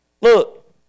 Look